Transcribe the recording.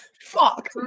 Fuck